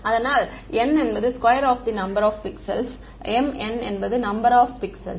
அதனால் n என்பது square of the number of பிக்சல்கள் m n என்பது நம்பர் ஆப் பிக்சல்கள்